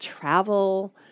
travel